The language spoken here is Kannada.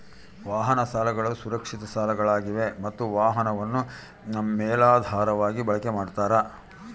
ವಾಹನ ಸಾಲಗಳು ಸುರಕ್ಷಿತ ಸಾಲಗಳಾಗಿವೆ ಮತ್ತ ವಾಹನವನ್ನು ಮೇಲಾಧಾರವಾಗಿ ಬಳಕೆ ಮಾಡ್ತಾರ